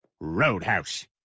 Roadhouse